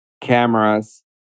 cameras